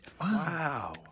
Wow